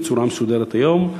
בצורה מסודרת היום.